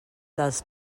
dels